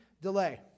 delay